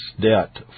debt